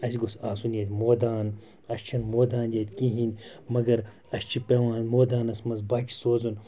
اَسہِ گوٚژھ آسُن ییٚتہِ مٲدان اَسہِ چھُنہٕ مٲدان ییٚتہِ کِہیٖنۍ مگر اَسہِ چھِ پٮ۪وان مٲدانَس منٛز بَچہِ سوزُن